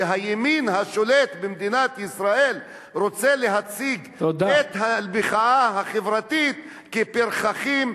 שהימין השולט במדינת ישראל רוצה להציג את אנשי המחאה החברתית כפרחחים,